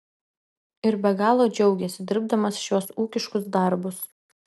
ir be galo džiaugiasi dirbdamas šiuos ūkiškus darbus